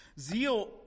Zeal